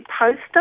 poster